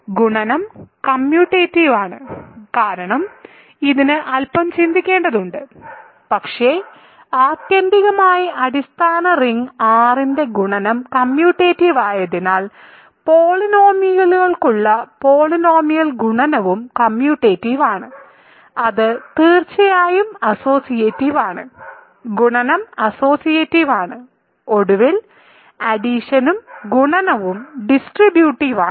ഗുണനം കമ്മ്യൂട്ടേറ്റീവ് ആണ് കാരണം ഇതിന് അൽപ്പം ചിന്തിക്കേണ്ടതുണ്ട് പക്ഷേ ആത്യന്തികമായി അടിസ്ഥാന റിങ്ങിലെ R ന്റെ ഗുണനം കമ്മ്യൂട്ടേറ്റീവ് ആയതിനാൽ പോളിനോമിയലുകൾക്കുള്ള പോളിനോമിയലിലെ ഗുണനവും കമ്മ്യൂട്ടേറ്റീവ് ആണ് അത് തീർച്ചയായും അസ്സോസിയേറ്റീവ് ആണ് ഗുണനം അസ്സോസിയേറ്റീവ് ആണ് ഒടുവിൽ അഡിഷനും ഗുണനവും ഡിസ്ട്രിബ്യുട്ടീവ് ആണ്